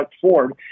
Ford